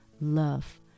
love